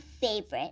favorite